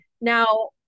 Now